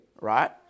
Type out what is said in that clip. right